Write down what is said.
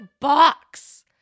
box